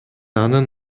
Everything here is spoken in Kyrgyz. анын